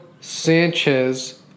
Sanchez